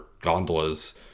gondolas